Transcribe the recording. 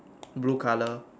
blue color